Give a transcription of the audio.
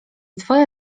twoja